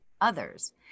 others